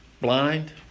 blind